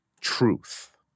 truth